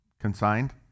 consigned